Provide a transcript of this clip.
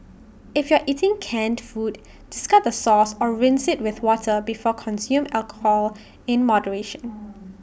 if you are eating canned food discard the sauce or rinse IT with water before consume alcohol in moderation